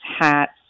hats